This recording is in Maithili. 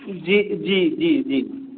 जी जी जी जी